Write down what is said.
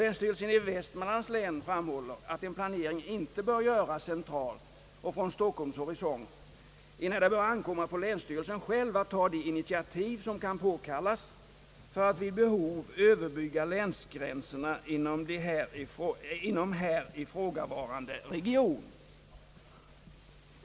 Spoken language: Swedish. Länsstyrelsen i Västmanlands län framhåller, att en planering inte bör göras centralt och från Stockholms horisont. Det bör ankomma på länsstyrelsen själv att ta de initiativ som kan påkallas för att överbrygga länsgränserna inom här ifrågavarande region.